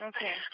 Okay